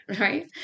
right